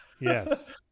yes